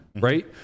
Right